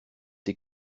tes